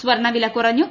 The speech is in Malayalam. സ്വർണ വില കുറഞ്ഞു